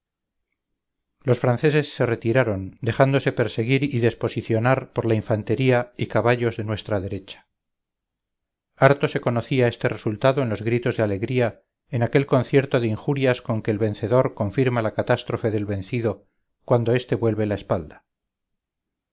los franceses se retiraron dejándose perseguir y desposicionar por la infantería y caballos de nuestra derecha harto se conocía este resultado en los gritos de alegría en aquel concierto de injurias con que el vencedor confirma la catástrofe del vencido cuando este vuelve la espalda